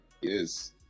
yes